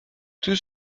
tout